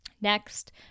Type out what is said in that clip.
Next